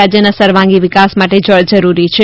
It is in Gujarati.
રાજ્યના સર્વાંગી વિકાસ માટે જળ જરૂરી છે